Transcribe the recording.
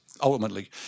ultimately